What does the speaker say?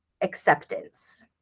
acceptance